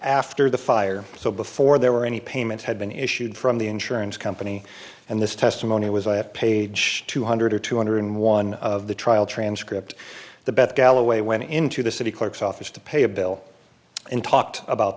after the fire so before there were any payments had been issued from the insurance company and this testimony was i at page two hundred or two hundred in one of the trial transcript the beth galloway went into the city clerk's office to pay a bill and talked about